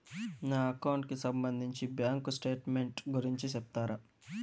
నా అకౌంట్ కి సంబంధించి బ్యాంకు స్టేట్మెంట్ గురించి సెప్తారా